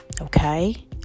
Okay